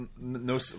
No